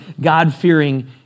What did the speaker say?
God-fearing